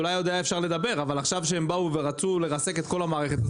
אולי עוד היה אפשר לדבר אבל עכשיו הם באו ורצו לרסק את כל המערכת,